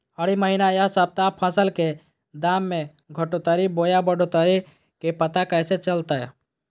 हरी महीना यह सप्ताह फसल के दाम में घटोतरी बोया बढ़ोतरी के पता कैसे चलतय?